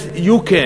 Yes, you can.